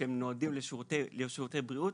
שהם נועדים לשירותי בריאות.